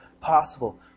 possible